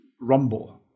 rumble